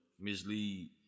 mislead